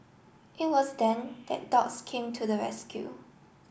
it was then that dogs came to the rescue